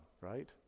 right